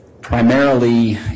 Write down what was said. Primarily